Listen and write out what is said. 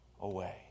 away